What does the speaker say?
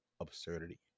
absurdity